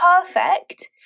perfect